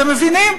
אתם מבינים?